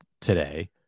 today